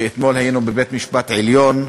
ואתמול היינו בבית-המשפט העליון,